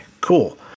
Cool